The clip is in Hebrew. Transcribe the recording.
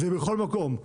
זה בכל מקום.